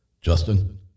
Justin